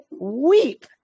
weep